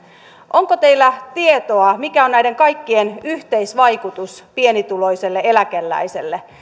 onko teillä tietoa mikä on näiden kaikkien yhteisvaikutus pienituloiselle eläkeläiselle